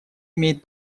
имеет